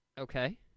Okay